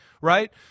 right